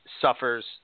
suffers